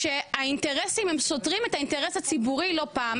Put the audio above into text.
שהאינטרסים הם סותרים את האינטרס הציבורי לא פעם.